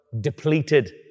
depleted